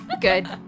Good